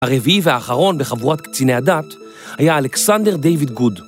הרביעי והאחרון בחבורת קציני הדת היה אלכסנדר דיוויד גוד.